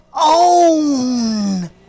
own